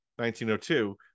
1902